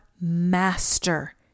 master